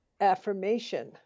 affirmation